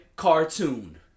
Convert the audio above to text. Cartoon